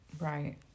Right